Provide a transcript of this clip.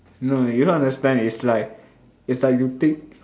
no you don't understand it's like it's like you think